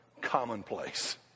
commonplace